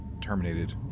terminated